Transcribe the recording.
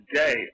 day